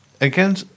again